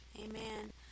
Amen